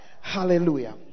hallelujah